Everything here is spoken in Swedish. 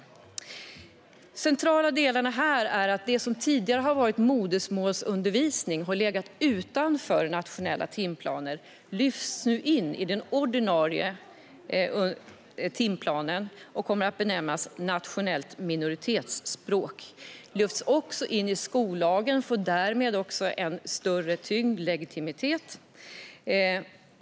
De centrala delarna här är att det som tidigare har varit modersmålsundervisning och har legat utanför den nationella timplanen nu lyfts in i den ordinarie timplanen och kommer att benämnas nationellt minoritetsspråk. Det lyfts också in i skollagen och får därmed större tyngd och legitimitet.